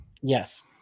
Yes